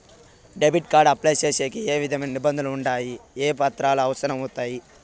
Debit card apply సేసేకి ఏ విధమైన నిబంధనలు ఉండాయి? ఏ పత్రాలు అవసరం అవుతాయి?